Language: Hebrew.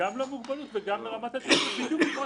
גם למוגבלות וגם לרמת התפקוד, בדיוק כמו